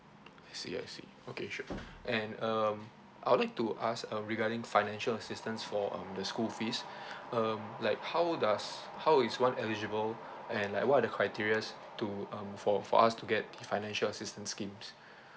I see I see okay sure and um I would like to ask um regarding financial assistance for um the school fees um like how does how is one eligible and like what are the criteria to um for for us to get the financial assistance schemes